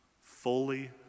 fully